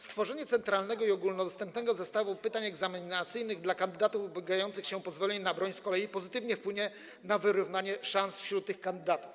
Stworzenie centralnego i ogólnodostępnego zestawu pytań egzaminacyjnych dla kandydatów ubiegających się o pozwolenie na broń z kolei pozytywnie wpłynie na wyrównanie szans tych kandydatów.